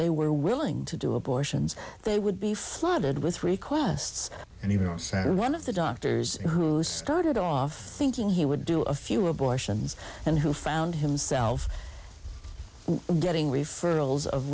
were willing to do abortions they would be flooded with requests and even one of the doctors who started off thinking he would do a few abortions and who found himself getting referrals of